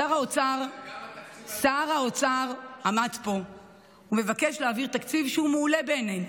שר האוצר עומד פה ומבקש להעביר תקציב שהוא מעולה בעינינו,